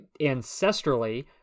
ancestrally